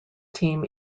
team